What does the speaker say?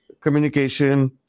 communication